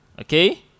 Okay